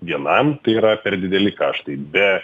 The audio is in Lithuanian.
vienam tai yra per dideli kaštai be